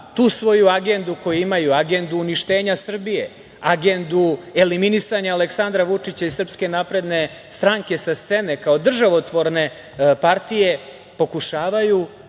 tu svoju agendu koju imaju, agendu uništenja Srbije, agendu eliminisanja Aleksandra Vučića i SNS sa scene kao državotvorne partije, pokušavaju